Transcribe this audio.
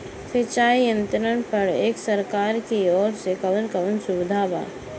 सिंचाई यंत्रन पर एक सरकार की ओर से कवन कवन सुविधा बा?